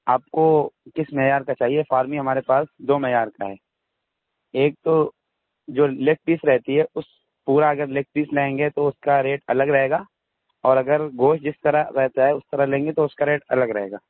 آپ کو کس معیار کا چاہیے فارمی ہمارے پاس دو معیار کا ہے ایک تو جو لیگ پیس رہتی ہے اس پورا اگر لیگ پیس لیں گے تو اس کا ریٹ الگ رہے گا اور اگر گوشت جس طرح رہتا ہے اس طرح لیں گے تو اس کا ریٹ الگ رہے گا